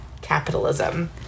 capitalism